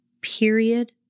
period